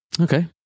Okay